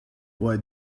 why